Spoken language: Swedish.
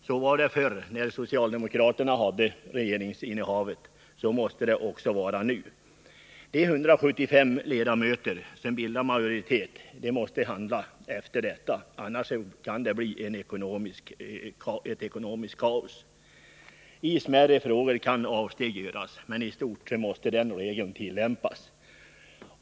Så var det förr när socialdemokraterna innehade regeringsmakten, och så måste det vara nu. De 175 ledamöter som bildar majoriteten måste handla i enlighet härmed. Annars kan det bli ett ekonomiskt kaos. I smärre frågor kan avsteg göras, men i stort måste den regeln tillämpas.